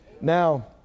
Now